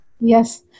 Yes